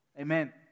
Amen